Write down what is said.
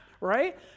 right